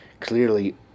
clearly